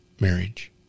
marriage